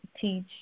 teach